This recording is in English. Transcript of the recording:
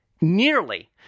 nearly